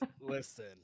listen